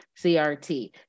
CRT